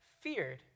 feared